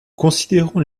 considérons